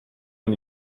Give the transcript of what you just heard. and